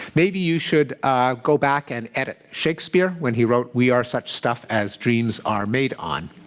maybe you should go back and edit shakespeare, when he wrote we are such stuff as dreams are made on.